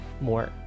more